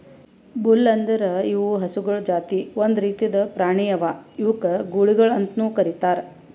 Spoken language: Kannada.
ಬುಲ್ ಅಂದುರ್ ಇವು ಹಸುಗೊಳ್ ಜಾತಿ ಒಂದ್ ರೀತಿದ್ ಪ್ರಾಣಿ ಅವಾ ಇವುಕ್ ಗೂಳಿಗೊಳ್ ಅಂತ್ ಕರಿತಾರ್